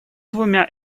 двумя